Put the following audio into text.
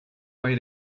way